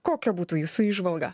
kokia būtų jūsų įžvalga